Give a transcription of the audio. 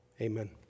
Amen